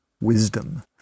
wisdom